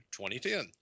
2010